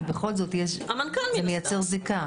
כי בכל זאת זה מייצר זיקה.